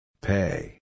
Pay